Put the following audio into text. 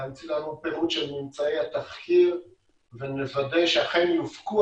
להמציא לנו פירוט של ממצאי התחקיר ונוודא שאכן יופקו